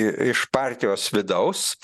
iš partijos vidaus